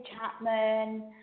Chapman